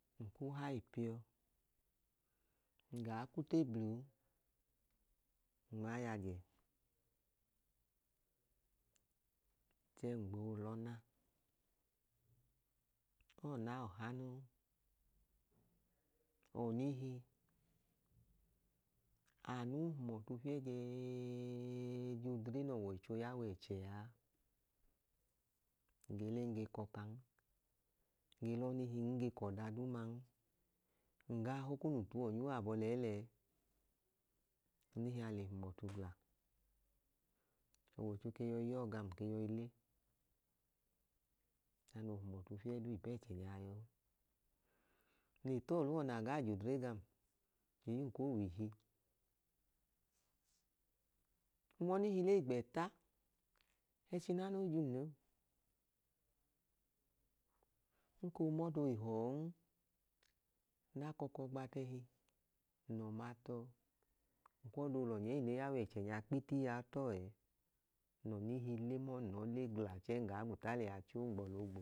Nku hayi piọ ngaa k'utebluu n'wa y'ajẹ chẹẹ ngboo lọna. owọna ọha noo, ọnihi, anu hum ọtu f' iẹjẹẹẹẹẹẹẹẹẹjodle nọwọicho ya wẹchẹaa. nge le nge kọkan nge l'ọnihi nge k'ọdaduman ngaa hokonu tuwọ n yuọ abọ lẹẹlẹẹ. ọnihia le hum ọtu gla ọwọoicho yọi yọọ gam ke yọ le ọda no hum ọtu fieduu ipẹchẹ nyaa yọọ. Nle tọọluọ na gaa jodre gam eiyum koo w'ihi, nwọnihi le igbẹta ẹchi nana ojum noo, nkoo mọdoi họọn nla kọkọ gba t'ẹhi nlọma tọọ nkwọdolọnyẹ eyi ne ya w'ẹchẹ nya kpiti a tọọ ẹẹ nlọnihi le mọọ nlọ le gla chẹẹ ngaa gwuta ngọ